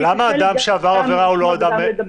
כי קשה לי גם לשמוע וגם לדבר.